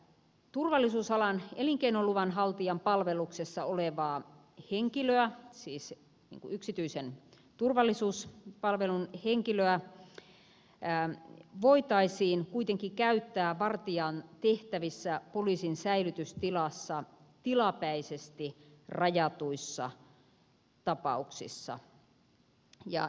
turvallisuusalan elinkeinoluvan haltijan palveluksessa olevaa henkilöä siis yksityisen turvallisuuspalvelun henkilöä voitaisiin kuitenkin käyttää vartijan tehtävissä poliisin säilytystilassa tilapäisesti rajatuissa tapauksissa